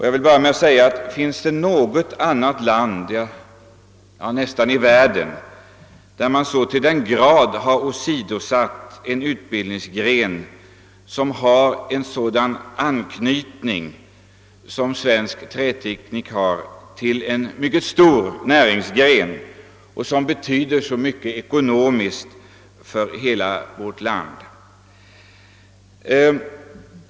Jag vill då först framhålla att knappast något jämförligt land i världen så till den grad åsidosatt denna utbildningsgren som Sverige, trots att svensk träteknik har ytterst nära anknytning till en stor näringsgren, som betyder synnerligen mycket i ekonomiskt hänseende för vårt land.